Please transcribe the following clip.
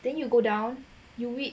then you go down you wait